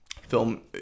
Film